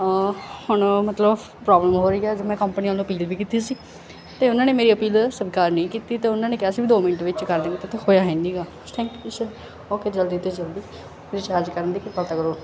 ਹੁਣ ਮਤਲਬ ਪ੍ਰੋਬਲਮ ਹੋ ਰਹੀ ਆ ਜਿਵੇਂ ਕੰਪਨੀ ਵਾਲਿਆਂ ਨੂੰ ਅਪੀਲ ਵੀ ਕੀਤੀ ਸੀ ਤੇ ਉਹਨਾਂ ਨੇ ਮੇਰੀ ਅਪੀਲ ਸਵੀਕਾਰ ਨਹੀਂ ਕੀਤੀ ਅਤੇ ਉਹਨਾਂ ਨੇ ਕਿਹਾ ਸੀ ਦੋ ਮਿੰਟ ਵਿੱਚ ਦਿਆਂਗੇ ਅਤੇ ਤੇ ਹੋਇਆ ਹੈ ਨਹੀਂ ਗਾ ਥੈਂਕ ਯੂ ਸਰ ਓਕੇ ਜਲਦੀ ਤੋਂ ਜਲਦੀ ਰੀਚਾਰਜ ਕਰਨ ਦੀ ਕਿਰਪਾਲਤਾ ਕਰੋ